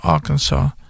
Arkansas